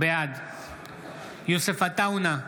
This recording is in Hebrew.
בעד יוסף עטאונה,